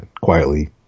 quietly